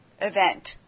event